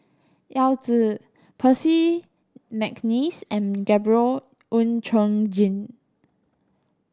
Yao Zi Percy McNeice and Gabriel Oon Chong Jin